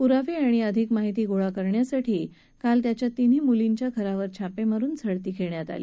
पुरावे आणि अधिक माहिती गोळा करण्यासाठी काल त्याच्या तीनही मुलींच्या घरांवर छापे मारून झडती घेण्यात आली